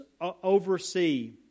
oversee